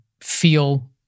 feel